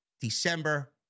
December